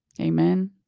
Amen